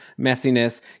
messiness